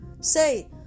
say